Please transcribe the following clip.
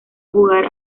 jugar